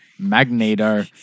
Magneto